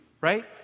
right